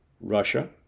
Russia